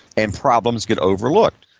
and problems get overlooked.